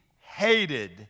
hated